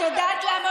אצלנו אין בוסים.